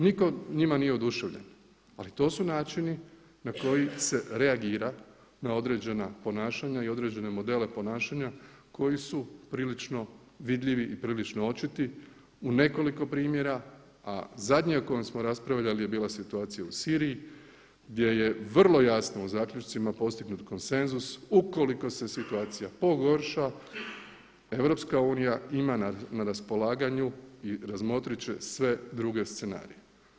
Nitko njima nije oduševljen, ali to su načini na koji se reagira na određena ponašanja i određene modele ponašanja koji su prilično vidljivi i prilično očiti u nekoliko primjera, a zadnja o kojoj smo raspravljali je bila situacija u Siriji gdje je vrlo jasno u zaključcima postignut konsenzus ukoliko se situacija pogorša EU ima na raspolaganju i razmotrit će sve druge scenarije.